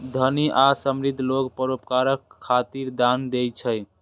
धनी आ समृद्ध लोग परोपकार खातिर दान दै छै